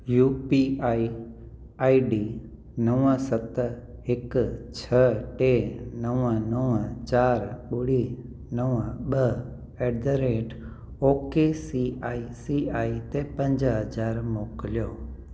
U P I I D नवं सत हिकु छह टे नवं नवं चार ॿुड़ी नवं नवं ॿ at the rate O K C I C I ते पंज हज़ार मोकिलियो